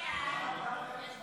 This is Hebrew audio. אנא תפסו את מקומותיכם.